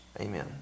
amen